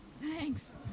Thanks